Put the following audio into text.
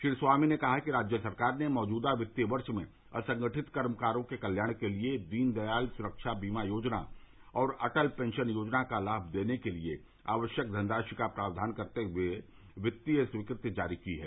श्री स्वामी ने कहा कि राज्य सरकार ने मौजूदा वित्तीय वर्ष में असंगठित कर्मकारों के कल्याण के लिए दीन दयाल सुरक्षा बीमा योजना और अटल पेंशन योजना का लाभ देने के लिए आवश्यक धनराशि का प्राव्यान करते हुए वित्तीय स्वीकृति जारी की है